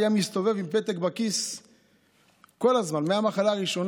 היה מסתובב כל הזמן עם פתק בכיס מהמחלה הראשונה,